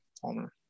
Palmer